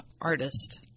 artist